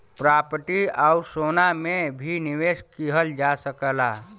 property आउर सोना में भी निवेश किहल जा सकला